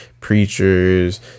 preachers